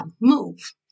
move